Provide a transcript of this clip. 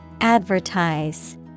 Advertise